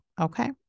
Okay